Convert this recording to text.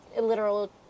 literal